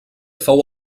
fou